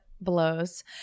blows